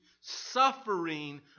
suffering